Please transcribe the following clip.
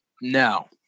No